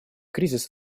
кризис